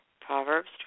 Proverbs